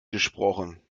gesprochen